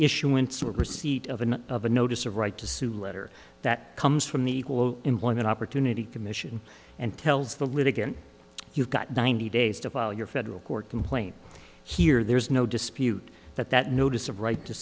of receipt of an of a notice of right to sue letter that comes from the equal employment opportunity commission and tells the litigant you've got ninety days to file your federal court complaint here there's no dispute that that notice of right to